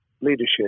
leadership